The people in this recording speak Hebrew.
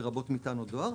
לרבות מטען או דואר,